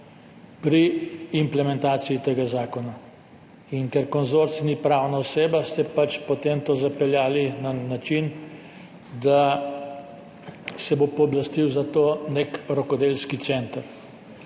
pri implementaciji tega zakona in ker konzorcij ni pravna oseba, ste potem to zapeljali na način, da se bo pooblastil za to nek rokodelski center